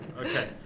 Okay